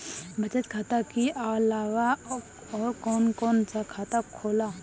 बचत खाता कि अलावा और कौन कौन सा खाता होला?